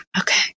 okay